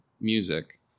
music